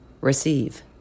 Receive